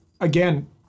again